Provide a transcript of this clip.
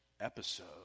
episode